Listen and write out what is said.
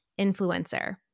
influencer